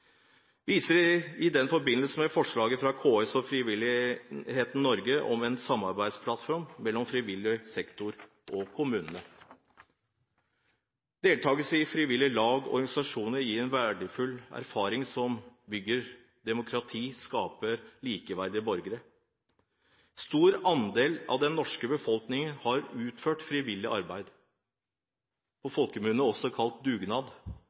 viser i den forbindelse til forslaget fra KS og Frivillighet Norge om en samarbeidsplattform mellom frivillig sektor og kommunene. Deltakelse i frivillige lag og organisasjoner gir verdifull erfaring, som bygger demokrati og skaper likeverdige borgere. En stor andel av den norske befolkningen har utført frivillig arbeid – på folkemunne også kalt dugnad.